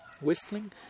whistling